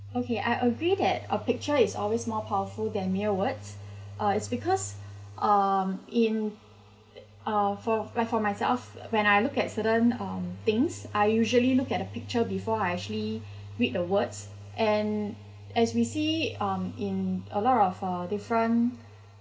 okay I agree that a picture is always more powerful than mere words uh it's because um in uh for like for myself when I look at certain um things I usually look at the picture before I actually read the words and as we see um in a lot of uh different